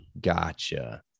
Gotcha